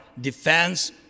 defense